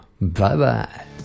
Bye-bye